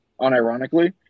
unironically